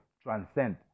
transcend